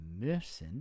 müssen